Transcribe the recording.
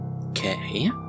Okay